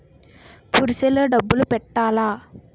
Purse లో డబ్బులు పెట్టలా?